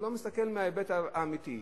הוא לא מסתכל מההיבט האמיתי.